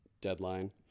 deadline